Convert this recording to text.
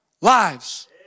lives